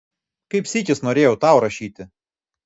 kaip sykis norėjau tau rašyti